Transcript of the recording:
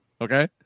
okay